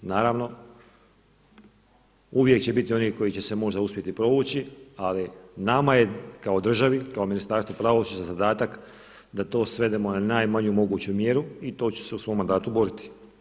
Naravno uvijek će biti onih koji će se možda uspjeti provući ali nama je kao državi, kao Ministarstvu pravosuđa zadatak da to svedemo na najmanju moguću mjeru i to ću se u svom mandatu boriti.